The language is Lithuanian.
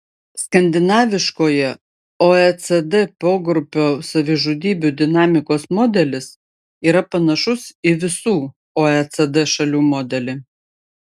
skandinaviškojo oecd pogrupio savižudybių dinamikos modelis yra panašus į visų oecd šalių modelį